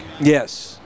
yes